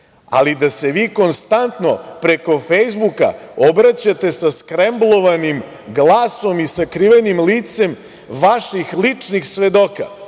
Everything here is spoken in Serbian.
ali da se vi konstantno preko Fejsbuka obraćate sa skremblovanim glasom i sakrivenim licem vaših ličnih svedoka